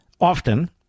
often